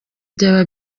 byaba